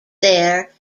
there